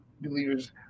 believers